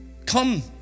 Come